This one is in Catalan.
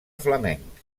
flamenc